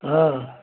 हँ